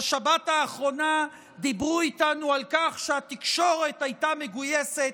בשבת האחרונה דיברו איתנו על כך שהתקשורת הייתה מגויסת,